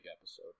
episode